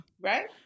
Right